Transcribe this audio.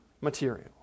material